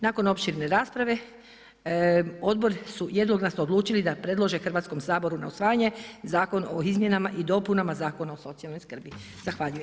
Nakon opširne rasprave odbor je jednoglasno odlučio da predloži Hrvatskom saboru na usvajanje zakon o izmjenama i dopunama Zakona o socijalnoj skrbi.